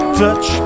touch